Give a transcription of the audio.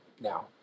now